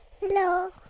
Hello